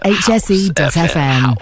hse.fm